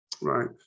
Right